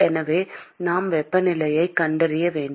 எனவே நாம் வெப்பநிலையைக் கண்டறிய வேண்டும்